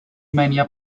mania